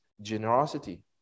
generosity